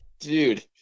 Dude